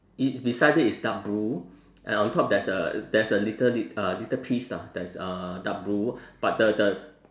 it's beside it is dark blue and on top there's a there's a little lid uh little piece lah that's uh dark blue but the the